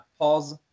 pause